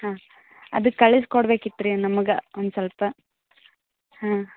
ಹಾಂ ಅದಕ್ಕೆ ಕಳಸ್ಕೊಡ್ಬೇಕಿತ್ತು ರೀ ನಮಗೆ ಒಂದು ಸ್ವಲ್ಪ ಹಾಂ